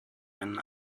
einen